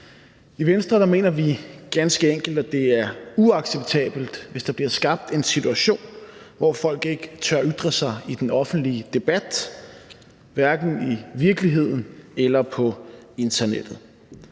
I Venstre mener vi ganske enkelt, at det er uacceptabelt, hvis der bliver skabt en situation, hvor folk ikke tør ytre sig i den offentlige debat, hverken i virkeligheden eller på internettet.